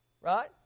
right